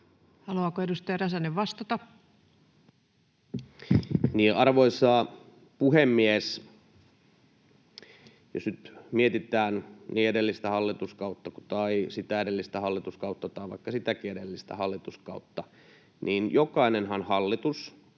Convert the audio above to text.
Time: 22:53 Content: Arvoisa puhemies! Jos nyt mietitään edellistä hallituskautta tai sitä edellistä hallituskautta tai vaikka sitäkin edellistä hallituskautta, niin jokainen hallitushan